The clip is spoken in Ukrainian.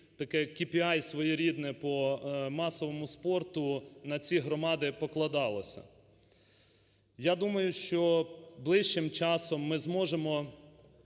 як КРІ своєрідне по масовому спорту, на ці громади покладалося. Я думаю, що ближчим часом ми зможемо